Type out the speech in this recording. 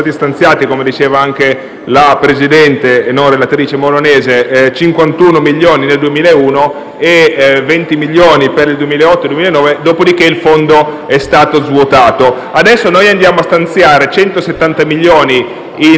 non relatrice) senatrice Moronese 51 milioni nel 2001 e 20 milioni per il 2008-2009, dopodiché il fondo è stato svuotato. Adesso noi andiamo a stanziare 170 milioni in sei anni